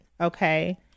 okay